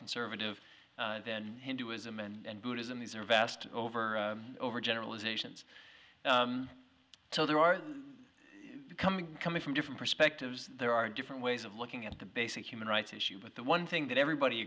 conservative than hinduism and buddhism these are vast over overgeneralizations so there are coming coming from different perspectives there are different ways of looking at the basic human rights issue but the one thing that everybody